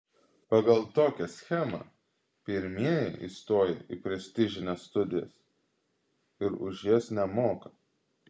pagal tokią schemą pirmieji įstoja į prestižines studijas ir už jas nemoka